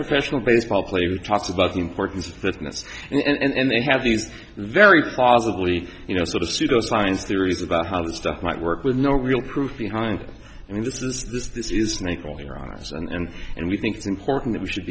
professional baseball player who talks about the importance of fitness and they have these very positively you know sort of pseudo science theories about how this stuff might work with no real proof behind i mean this is just this is make all your honour's and and we think it's important we should